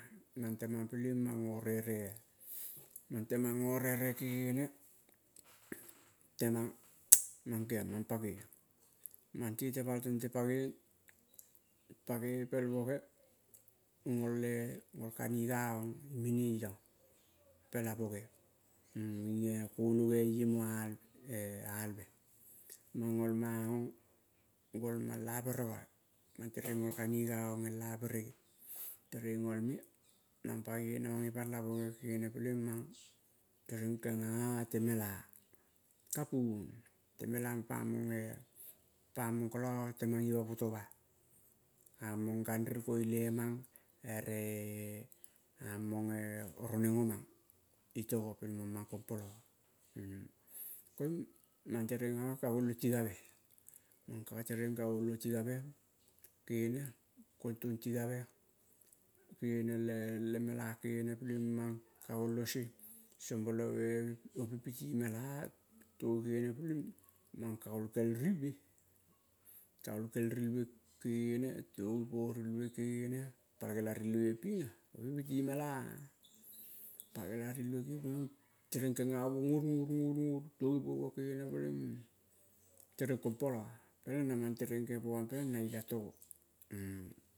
Mang temang peleging gorere ah mang temang go rere gegene, temang mang kegiong mang pagoi. Mang te tepal tente pagoi pel boge gol eh, gol kaniga ong imene iyong pele boge ing e konoge mo alve, mang gol maong gol ma el ah berogoi mantereng gol kaniga ong el a berega tereng gol me, mang pagoi namang ipang laboge. Kegene pelenging tereng genga a temela kapuo temela pa mong eh pa mong kolo temang i pa poto ma-ah a-mong ganriel ko ile mang ere among eh roneng o-mang itogo pel mong mang kompolo, koing mang tereng kaguol oh tigave mang tereng kaguol otigave kegene tong kong tigave gegene le mela gegene pelenging kaguol ol sie. Sombolove piti mela togi kegene pelenging mang kaguol kel rilvie, kaguol kel rilvie genene togi po rilvie gegene palgela rilvie ping ah-oping piti mela ah. Palgela rilvie, kegion tereng kenga muo, goru, goru, goru togi po muo kegene pelenging tereng kong polo, peleng namang tereng kege momang na ilatogo.